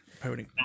Pony